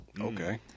Okay